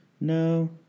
No